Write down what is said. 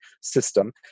system